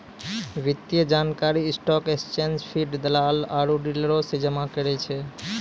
वित्तीय जानकारी stock exchange feed, दलालो आरु डीलरो से जमा करै छै